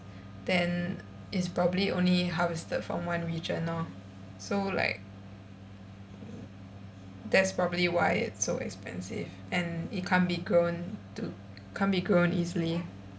then it's probably only harvested from one region lor so like that's probably why it's so expensive and it can't be grown to can't be grown easily